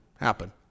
happen